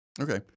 Okay